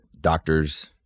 doctors